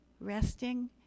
Resting